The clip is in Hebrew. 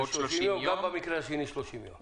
גם במקרה השני, 30 ימים.